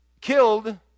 killed